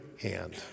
hand